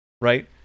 right